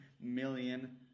million